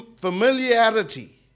familiarity